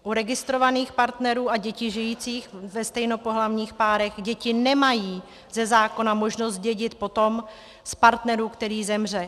U registrovaných partnerů a dětí žijících ve stejnopohlavních párech děti nemají ze zákona možnost dědit po tom z partnerů, který zemře.